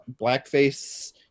blackface